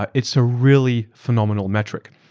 ah it's a really phenomenal metric.